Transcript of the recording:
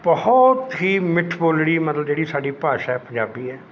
ਬਹੁਤ ਹੀ ਮਿੱਠ ਬੋਲੜੀ ਮਤਲਬ ਜਿਹੜੀ ਸਾਡੀ ਭਾਸ਼ਾ ਪੰਜਾਬੀ ਹੈ